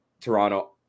Toronto